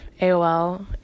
AOL